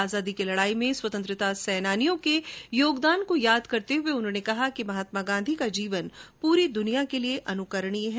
आजादी की लड़ाई में स्वतंत्रता सेनानियों के योगदान को याद करते हुए उन्होंने कहा कि महात्मा गांधी का जीवन पूरी दुनिया के लिए अनुकरणीय है